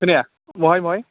खोनाया महाय महाय